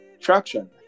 traction